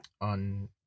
on